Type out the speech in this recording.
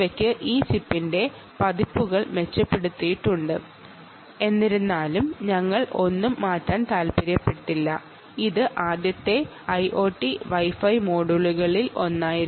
അവ ഈ ചിപ്പിന്റെ പതിപ്പുകൾ മെച്ചപ്പെടുത്തിയിട്ടുണ്ട് എന്നിരുന്നാലും ഞങ്ങൾ ഒന്നും മാറ്റാൻ താൽപ്പര്യപ്പെട്ടില്ല ഇത് ആദ്യത്തെ ഐഒടി വൈ ഫൈ മൊഡ്യൂളുകളിൽ ഒന്നായിരുന്നു